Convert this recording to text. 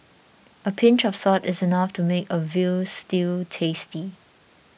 a pinch of salt is enough to make a Veal Stew tasty